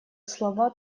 слова